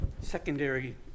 secondary